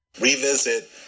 Revisit